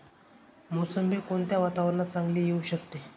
मोसंबी कोणत्या वातावरणात चांगली येऊ शकते?